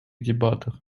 дебатах